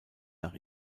nach